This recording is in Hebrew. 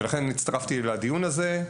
ולכן הצטרפתי לדיון הזה.